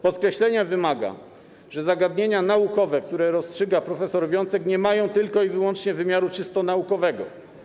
Podkreślenia wymaga, że zagadnienia naukowe, które rozstrzyga prof. Wiącek, nie mają tylko i wyłącznie wymiaru naukowego.